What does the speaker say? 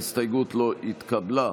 ההסתייגות לא התקבלה.